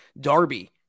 Darby